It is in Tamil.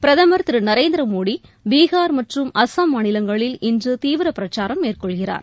பிரதமர் திருநரேந்திரமோடிபீகார் மற்றும் அஸ்ஸாம் மாநிலங்களில் இன்றுதீவிரப்பிரச்சாரம் மேற்கொள்கிறார்